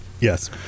yes